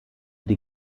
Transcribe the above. die